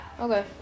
okay